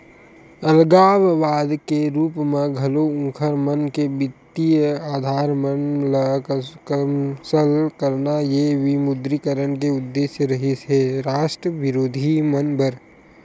अलगाववाद के रुप म घलो उँखर मन के बित्तीय अधार मन ल कमसल करना ये विमुद्रीकरन के उद्देश्य रिहिस हे रास्ट बिरोधी मन बर